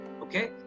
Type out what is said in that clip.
Okay